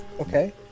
Okay